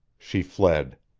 she fled.